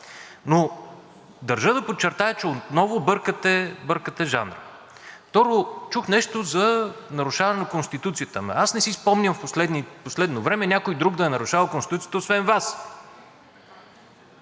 но държа да подчертая, че отново бъркате жанра. Второ, чух нещо за нарушаване на Конституцията. Ама аз не си спомням в последно време някой друг да е нарушавал Конституцията освен Вас.